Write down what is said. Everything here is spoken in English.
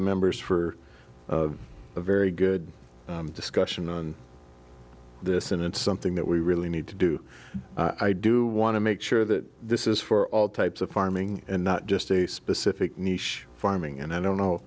the members for a very good discussion this and it's something that we really need to do i do want to make sure that this is for all types of farming and not just a specific niche farming and i don't know